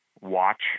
watch